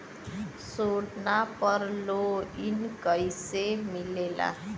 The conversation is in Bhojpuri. सोना पर लो न कइसे मिलेला?